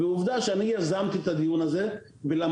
עובדה שאני יזמתי את הדיון הזה למרות